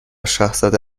شاهزاده